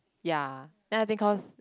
ya then I think cause